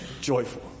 Joyful